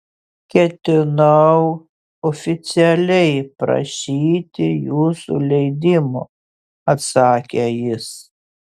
ketinau oficialiai prašyti jūsų leidimo atsakė jis